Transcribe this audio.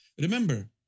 Remember